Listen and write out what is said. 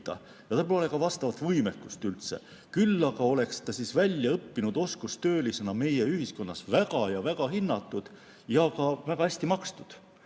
ja tal pole üldse ka vastavat võimekust. Küll aga oleks ta väljaõppinud oskustöölisena meie ühiskonnas väga ja väga hinnatud ja ka väga hästi makstud.